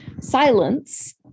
silence